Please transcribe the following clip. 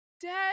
Dad